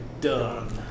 done